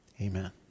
Amen